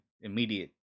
Immediate